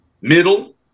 Middle